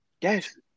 Yes